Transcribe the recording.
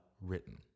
written